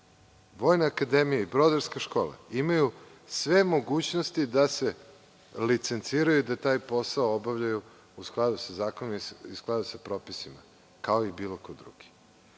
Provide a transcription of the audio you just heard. Vojna akademija i Brodarska škola imaju sve mogućnosti da se licenciraju i da taj posao obavljaju u skladu sa zakonom i sa propisima, kao i bilo ko drugi. Moram